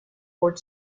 board